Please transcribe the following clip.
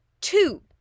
two